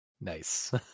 Nice